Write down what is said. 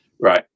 right